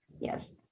Yes